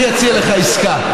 אני אציע לך עסקה.